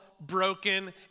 Broken